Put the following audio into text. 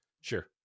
Sure